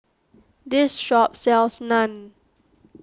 this shop sells Naan